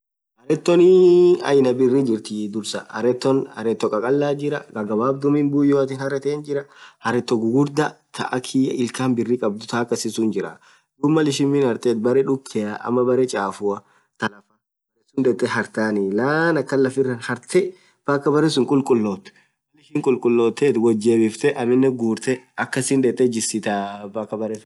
Harethonii aina birri jirthii dhursaa harethon haretho khakhalah jirah ghaghabdhu miin buyoathi harethen jirah haretho ghughurdha thaa akhii ilkhan birr khabdhu thaa akhasi sunith jirah. dhub Mal ishin min harethethu berre dhukea ama berre chafua thanaf harethon berre sun dhethe harthani laan akhan lafiraj harthe mpaka berre sunn khulkhulothu Mal ishin khulkhulothethu woth jebbifthe aminen ghurthe akhasin dhethe jisithah mpka berre